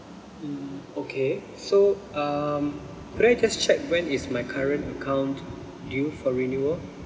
mm okay so um could I just check when is my current account due for renewal